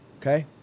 okay